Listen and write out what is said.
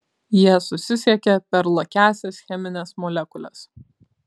jie susisiekia per lakiąsias chemines molekules